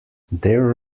their